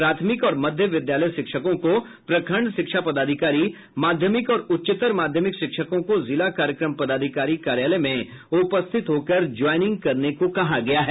प्राथमिक और मध्य विद्यालय शिक्षकों को प्रखंड शिक्षा पदाधिकारी माध्यमिक और उच्चतर माध्यमिक शिक्षकों को जिला कार्यक्रम पदाधिकारी कार्यालय में उपस्थित होकर ज्वाइनिंग करने को कहा गया है